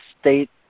state